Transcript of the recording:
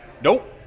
Nope